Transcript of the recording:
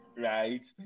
right